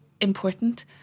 important